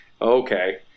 Okay